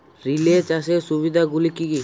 Relay চাষের সুবিধা গুলি কি কি?